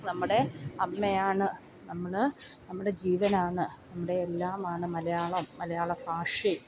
നമ്മുടെ അമ്മയാണ് നമ്മൾ നമ്മുടെ ജീവനാണ് നമ്മുടെ എല്ലാമാണ് മലയാളം മലയാള ഭാഷയും